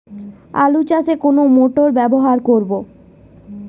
আলু চাষে কোন মোটর ব্যবহার করব?